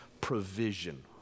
provision